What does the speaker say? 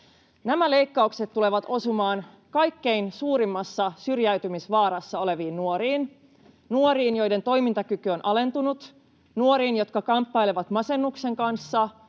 Nämä leikkaukset tulevat osumaan kaikkein suurimmassa syrjäytymisvaarassa oleviin nuoriin — nuoriin, joiden toimintakyky on alentunut, nuoriin, jotka kamppailevat masennuksen kanssa,